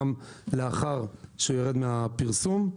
גם לאחר שהוא ירד מהפרסום.